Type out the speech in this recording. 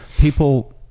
people